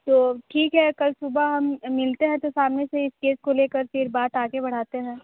तो ठीक है कल सुबह हम मिलते हैं तो सामने से इस केस को लेकर फिर बात आगे बढ़ाते हैं